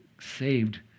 saved